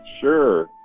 Sure